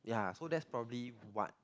ya so that's probably what